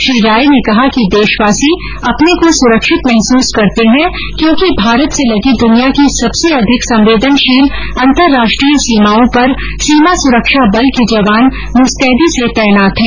श्री राय ने कहा कि देशवासी अपने को सुरक्षित महसूस करते हैं क्योंकि भारत से लगी दुनिया की सबसे अधिक संवेदनशील अंतर्राष्ट्रीय सीमाओं पर सीमा सुरक्षा बल के जवान मुस्तैदी से तैनात हैं